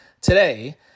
today